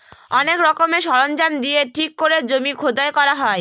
অনেক রকমের সরঞ্জাম দিয়ে ঠিক করে জমি খোদাই করা হয়